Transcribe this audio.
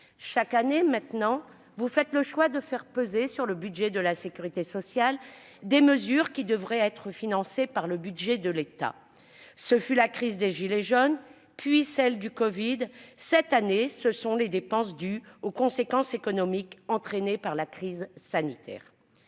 Chaque année, vous faites le choix de faire peser sur le budget de la sécurité sociale des mesures qui devraient être financées par le budget de l'État. Cela a concerné la crise des « gilets jaunes », puis celle du covid ; cette année, il s'agit des dépenses liées aux conséquences économiques de la crise sanitaire.